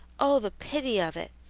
oh, the pity of it!